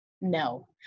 no